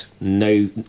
no